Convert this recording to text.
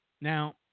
Now